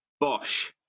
Bosch